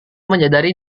menyadari